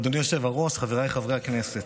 אדוני היושב-ראש, חבריי חברי הכנסת,